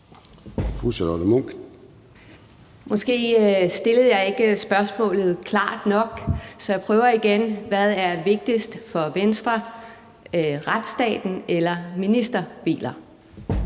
Charlotte Munch (DD): Måske stillede jeg ikke spørgsmålet klart nok, så jeg prøver igen: Hvad er vigtigst for Venstre – retsstaten eller ministerbiler?